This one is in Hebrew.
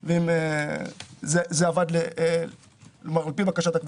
לעבד ולא מממשים את הזכות שלה אז אומרת: למה לעבוד יותר קשה?